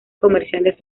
comerciales